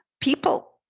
people